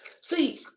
See